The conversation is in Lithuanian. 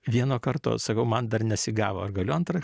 vieno karto sakau man dar nesigavo ar galiu antrą